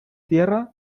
tierra